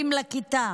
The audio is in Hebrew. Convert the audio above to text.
חברים לכיתה,